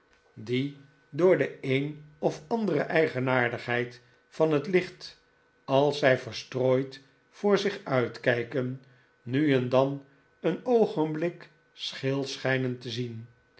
die door de een of andere eigenaardigheid van het licht als zij verstrooid voor zich uit kijken nu en dan een oogenblik scheel schijnen te zien